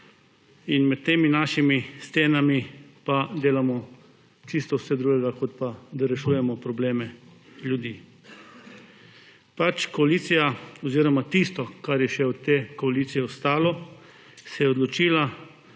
med temi našimi stenami pa delamo čisto vse drugo, kot pa da rešujemo probleme ljudi. Koalicija oziroma tisto, kar je še od te koalicije ostalo, se je odločila